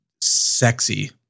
sexy